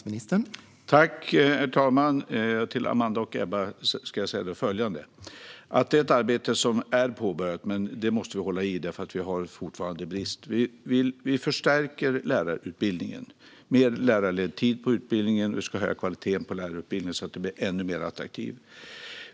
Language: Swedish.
Herr talman! Till Amanda och Ebba ska jag säga följande: Det är ett arbete som är påbörjat, men vi måste hålla i, för vi har fortfarande brist. Vi förstärker lärarutbildningen. Det handlar om mer lärarledd tid på utbildningen. Vi ska höja kvaliteten på lärarutbildningen, så att den blir ännu mer attraktiv.